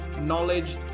knowledge